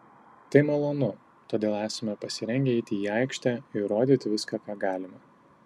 tai malonu todėl esame pasirengę eiti į aikštę ir rodyti viską ką galime